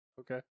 Okay